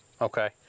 okay